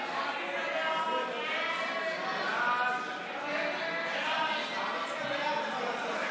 ההצעה להעביר את הצעת חוק לתיקון פקודת